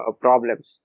problems